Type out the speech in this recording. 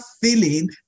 feeling